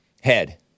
Head